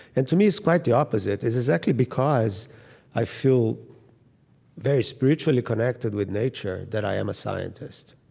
and to me it's quite the opposite. it's exactly because i feel very spiritually connected with nature that i am a scientist.